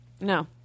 No